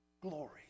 glory